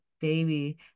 baby